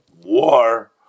war